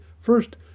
First